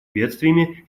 бедствиями